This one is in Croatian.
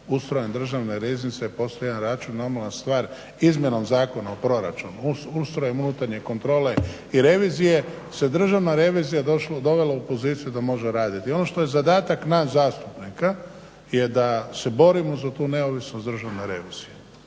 Ustrojem Državne riznice postoji jedna račun i normalna stvar izmjenom Zakona o proračunu, ustrojem unutarnje kontrole i revizije se Državna revizija dovela u poziciju da može raditi. I ono što je zadatak nas zastupnika je da se borimo za tu neovisnost državne revizije,